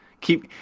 keep